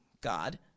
God